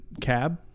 Cab